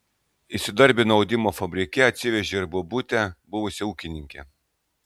įsidarbino audimo fabrike atsivežė ir bobutę buvusią ūkininkę